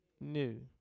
new